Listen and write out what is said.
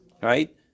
Right